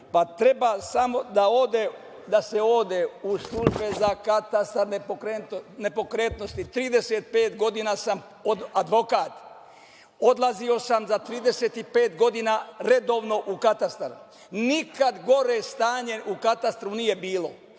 pa treba samo da se ode u službe za katastar nepokretnosti. Trideset pet godina sam advokat. Odlazio sam za 35 godina redovno u katastar, nikad gore stanje u katastru nije bilo.